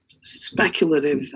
speculative